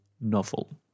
novel